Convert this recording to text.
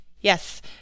Yes